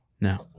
no